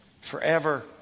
Forever